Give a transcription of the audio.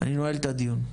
אני נועל את הדיון.